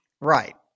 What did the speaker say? Right